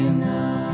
enough